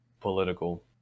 political